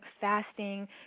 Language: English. fasting